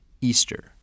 Easter